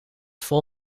vol